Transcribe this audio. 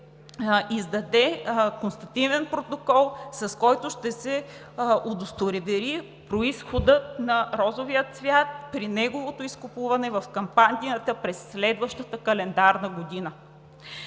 издаде констативен протокол, с който ще се удостовери произходът на розовия цвят при неговото изкупуване в кампанията през следващата календарна година.